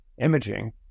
imaging